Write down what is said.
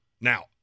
Now